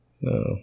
No